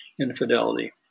infidelity